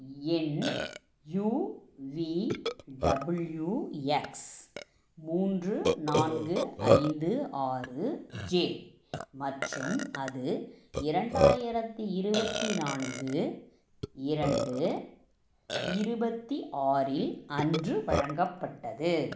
எண் U V W X மூன்று நான்கு ஐந்து ஆறு ஜே மற்றும் அது இரண்டாயிரத்தி இருபத்தி நான்கு இரண்டு இருபத்தி ஆறு இல் அன்று வழங்கப்பட்டது